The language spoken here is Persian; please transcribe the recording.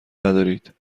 ندارید